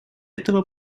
этого